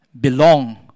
belong